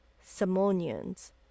Simonians